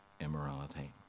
immorality